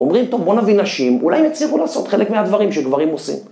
אומרים טוב בוא נביא נשים, אולי הם יצליחו לעשות חלק מהדברים שגברים עושים.